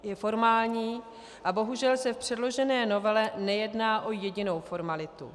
Je formální a bohužel se v předložené novele nejedná o jedinou formalitu.